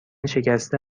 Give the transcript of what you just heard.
شکسته